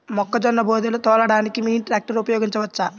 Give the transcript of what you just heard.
మొక్కజొన్న బోదెలు తోలడానికి మినీ ట్రాక్టర్ ఉపయోగించవచ్చా?